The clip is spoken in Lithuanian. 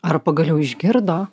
ar pagaliau išgirdo